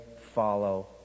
follow